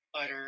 Utter